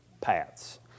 paths